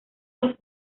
los